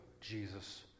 Jesus